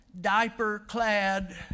diaper-clad